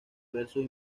versos